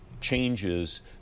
changes